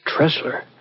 Tressler